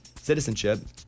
citizenship